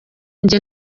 njye